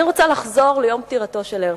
אני רוצה לחזור ליום פטירתו של הרצל,